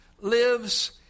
lives